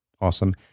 awesome